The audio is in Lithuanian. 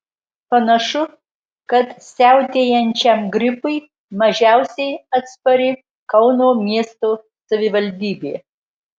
panašu kad siautėjančiam gripui mažiausiai atspari kauno miesto savivaldybė